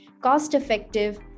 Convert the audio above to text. cost-effective